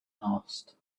asked